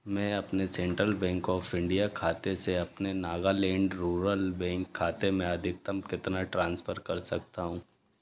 मैं अपने Central Bank of India खाते से अपने नागालैंड रूरल बैंक खाते में अधिकतम कितना ट्रांसफ़र कर सकता हूँ